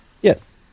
Yes